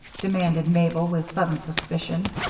demanded mabel, with sudden suspicion.